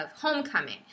Homecoming